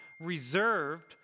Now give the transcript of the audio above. reserved